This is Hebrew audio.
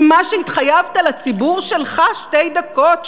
ממה שהתחייבת לציבור שלך שתי דקות,